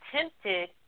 tempted